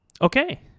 okay